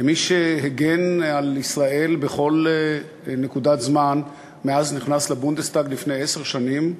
כמי שהגן על ישראל בכל נקודת זמן מאז נכנס לבונדסטאג לפני עשר שנים,